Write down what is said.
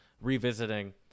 revisiting